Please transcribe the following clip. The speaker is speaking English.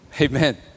amen